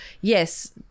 yes